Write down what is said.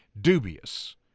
dubious